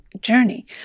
journey